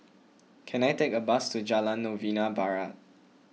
can I take a bus to Jalan Novena Barat